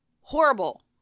horrible